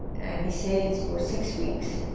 he sails for six weeks.